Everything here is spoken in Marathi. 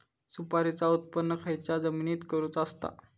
सुपारीचा उत्त्पन खयच्या जमिनीत करूचा असता?